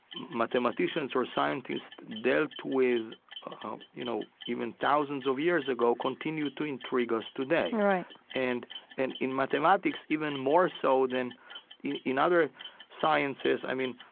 mathematicians or scientists dealt with you know even thousands of years ago continue to intrigue us today right and and in mathematics, even more so than you know in other sciences, i mean,